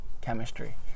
chemistry